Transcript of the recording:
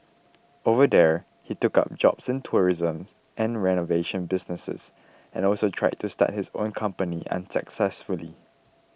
over there he took up jobs in tourism and renovation businesses and also tried to start his own company unsuccessfully